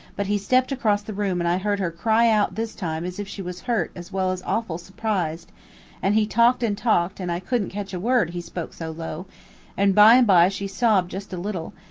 but he stepped across the room and i heard her cry out this time as if she was hurt as well as awful surprised and he talked and talked, and i could'nt catch a word, he spoke so low and by and by she sobbed just a little,